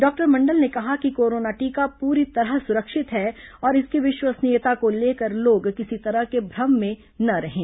doctor Mandal ने कहा कि कोरोना टीका पूरी तरह सुरक्षित है और इसकी विश्वसनीयता को लेकर लोग किसी तरह के भ्रम में न रहें